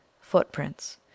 FOOTPRINTS